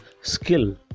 skill